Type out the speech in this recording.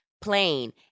plain